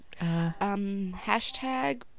Hashtag